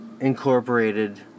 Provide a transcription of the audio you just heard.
incorporated